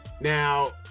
Now